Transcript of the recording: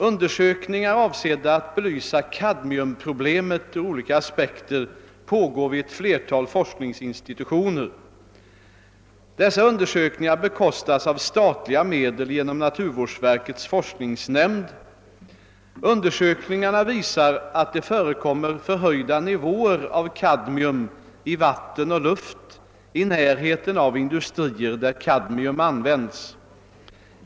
Undersökningar avsedda att belysa kadmiumproblemet ur olika aspekter pågår vid ett flertal forskningsinstitutioner. Dessa undersökningar bekostas av statliga medel genom naturvårdsverkets forskningsnämnd. Undersökningarna visar att det förekommer förhöjda nivåer av kadmium i vatten och luft i närheten av industrier där kadmium används.